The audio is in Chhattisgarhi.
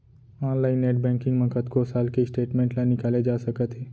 ऑनलाइन नेट बैंकिंग म कतको साल के स्टेटमेंट ल निकाले जा सकत हे